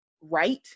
right